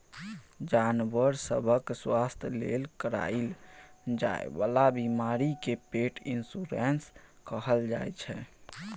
जानबर सभक स्वास्थ्य लेल कराएल जाइ बला बीमा केँ पेट इन्स्योरेन्स कहल जाइ छै